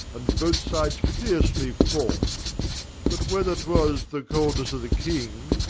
and both sides fiercely fought but whether twas the coldnesse of the king,